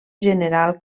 general